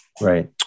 Right